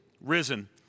risen